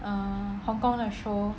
err hong kong 的 show